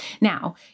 Now